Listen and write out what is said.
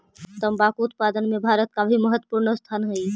तंबाकू उत्पादन में भारत का भी महत्वपूर्ण स्थान हई